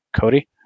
Cody